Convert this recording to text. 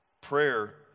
Prayer